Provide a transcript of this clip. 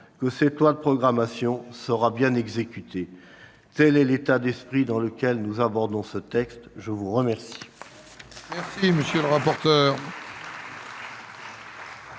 que cette loi de programmation sera bien exécutée. Tel est l'état d'esprit dans lequel nous abordons ce texte. La parole